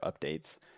updates